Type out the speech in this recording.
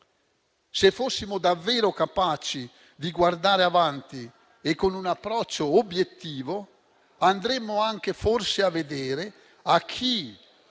Se fossimo davvero capaci di guardare avanti e con un approccio obiettivo, forse andremo anche a vedere a chi